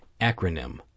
acronym